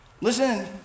listen